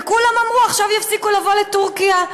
וכולם אמרו: עכשיו יפסיקו לבוא לטורקיה.